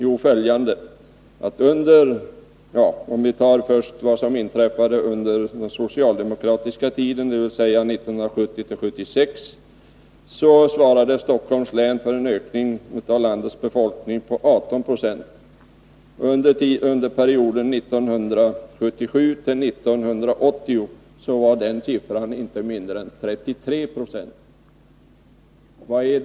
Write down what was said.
Om vi först tar upp det som inträffade under den socialdemokratiska tiden, dvs. under perioden 1970-1976, svarade Stockholms län för en ökning av landets befolkning med 18 26. Under perioden 1977-1980 var motsvarande siffra inte mindre än 33 26.